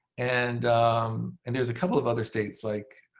and um and there's a couple of other states like